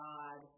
God